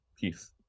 Peace